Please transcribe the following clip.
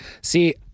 see